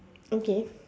okay